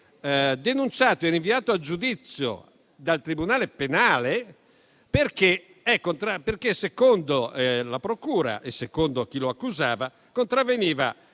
denunciato e rinviato a giudizio dal tribunale penale perché, secondo la procura e secondo chi lo accusava, contravveniva